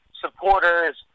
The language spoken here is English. supporters